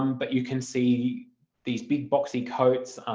um but you can see these big boxy coats,